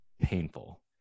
painful